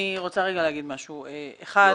אחד,